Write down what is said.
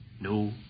No